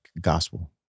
gospel